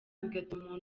bigatuma